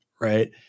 right